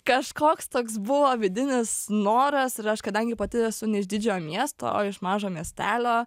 kažkoks toks buvo vidinis noras ir aš kadangi pati esu ne iš didžiojo miesto o iš mažo miestelio